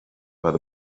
where